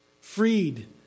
freed